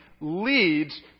leads